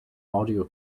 audio